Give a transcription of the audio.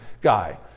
guy